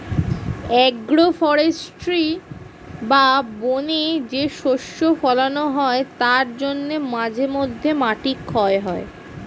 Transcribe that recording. agro forestry বা বনে যে শস্য ফোলানো হয় তার জন্য মাঝে মধ্যে মাটি ক্ষয় হয়